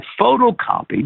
photocopied